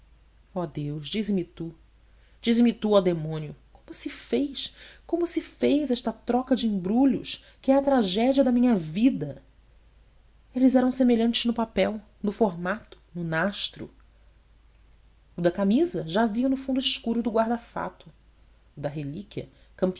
oh deus dize-me tu dize-me tu oh demônio como se fez como se fez esta troca de embrulhos que é a tragédia da minha vida eles eram semelhantes no papel no formato no nastro o da camisa jazia no fundo escuro do guarda fato o da relíquia